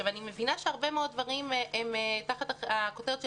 אני מבינה שהרבה מאוד דברים הם תחת הכותרת של